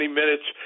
minutes